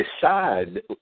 decide